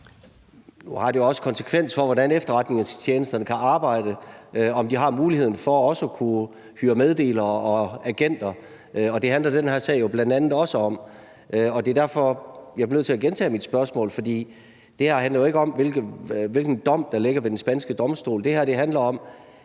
Nu har det jo også konsekvens for, hvordan efterretningstjenesterne kan arbejde, altså om de har muligheden for at kunne hyre meddelere og agenter. Det handler den her sag bl.a. også om. Det er derfor, at jeg bliver nødt til at gentage mit spørgsmål. For det her handler jo ikke om, hvilken dom der ligger ved den spanske domstol.